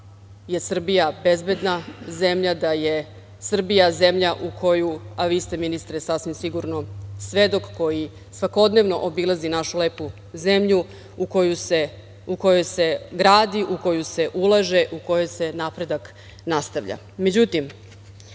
da je Srbija bezbedna zemlja, da je Srbija zemlja u koju, a vi ste ministre sasvim sigurno svedok koji svakodnevno obilazi našu zemlju u kojoj se gradi, u koju se ulaže, u kojoj se napredak nastavlja.Međutim,